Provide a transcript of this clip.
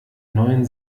neuen